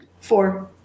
Four